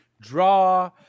draw